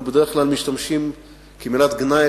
שבדרך כלל אנחנו משתמשים בה כמלת גנאי,